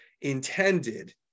intended